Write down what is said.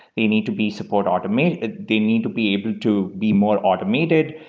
they need to be support automate they need to be able to be more automated.